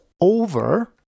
over